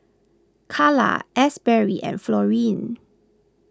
Kala Asberry and Florine